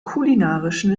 kulinarischen